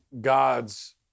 God's